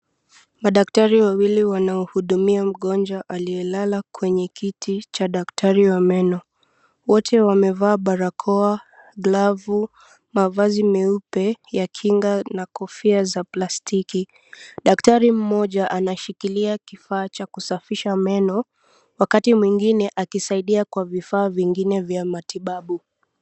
Madaktari wawili wanamhudumia mgonjwa aliyelala kwenye kiti cha daktari cha daktari wa meno wote awamevaa barakoa, glavu , mavazi meupe ya kinga na kofia za plastiki. Daktari mmoja anashikilia kifaa cha kusafisha meno wakati mwingine akisaidia kwa vifaa vingine vya matibabu.